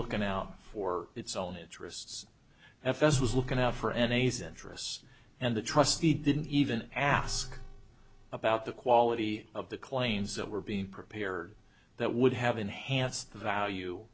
looking out for its own interests fs was looking out for any centrists and the trustee didn't even ask about the quality of the claims that were being prepared that would have enhanced the value